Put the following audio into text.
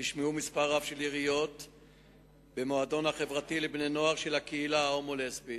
נשמע מספר רב של יריות במועדון החברתי לבני-הנוער של הקהילה ההומו-לסבית